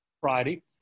Friday